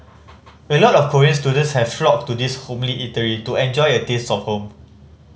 a lot of Korean students have flocked to this homely eatery to enjoy a taste of home